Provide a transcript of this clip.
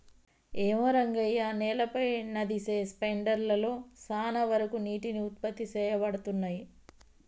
ఏమో రంగయ్య నేలపై నదిసె స్పెండర్ లలో సాన వరకు నీటికి ఉత్పత్తి సేయబడతున్నయి